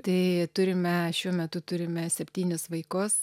tai turime šiuo metu turime septynis vaikus